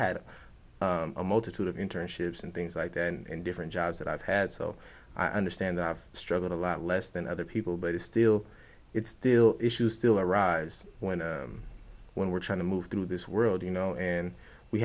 had a multitude of internships and things like that and different jobs that i've had so i understand i've struggled a lot less than other people but it's still it's still issues still arise when when we're trying to move through this world you know and we